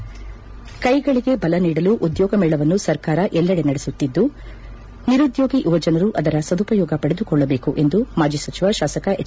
ಕುಶಲ ಕೈಗಳಿಗೆ ಬಲ ನೀಡಲು ಉದ್ಯೋಗ ಮೇಳವನ್ನು ಸರ್ಕಾರ ಎಲ್ಲೆಡೆ ನಡೆಸುತ್ತಿದ್ದು ನಿರುದ್ಯೋಗಿ ಯುವಜನರು ಅದರ ಸದುಪಯೋಗ ಪಡೆದುಕೊಳ್ಳಬೇಕು ಎಂದು ಮಾಜಿ ಸಚಿವ ಶಾಸಕ ಎಚ್